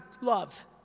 love